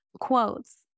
quotes